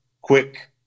quick